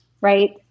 right